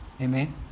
Amen